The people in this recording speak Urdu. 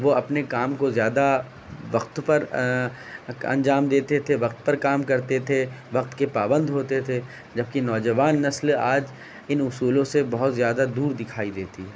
وہ اپنے کو کام کو زیادہ وقت پر انجام دیتے تھے وقت پر کام کرتے تھے وقت کے پابند ہوتے تھے جبکہ نوجوان نسل آج ان اصولوں سے بہت زیادہ دور دکھائی دیتی ہے